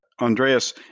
Andreas